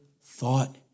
thought